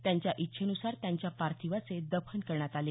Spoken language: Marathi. त्यांच्या इछेनुसार त्यांच्या पार्थिवाचे दफन करण्यात आले